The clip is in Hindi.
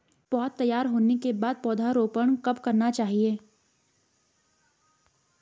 पौध तैयार होने के बाद पौधा रोपण कब करना चाहिए?